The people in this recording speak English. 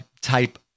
type